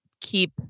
keep